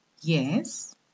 yes